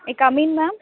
may comin ma'am